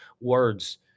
words